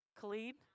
Khalid